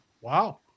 Wow